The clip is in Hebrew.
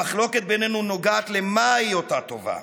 המחלוקת בינינו נוגעת למהי אותה טובה,